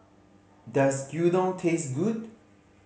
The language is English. does Gyudon taste good